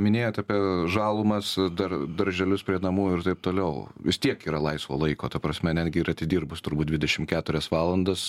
minėjot apie žalumas dar darželius prie namų ir taip toliau vis tiek yra laisvo laiko ta prasme netgi ir atidirbus turbūt dvidešim keturias valandas